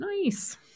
Nice